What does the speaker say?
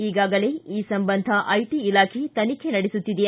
ಈಗಾಗಲೇ ಈ ಸಂಬಂಧ ಐಟಿ ಇಲಾಖೆ ತನಿಖೆ ನಡೆಸುತ್ತಿದೆ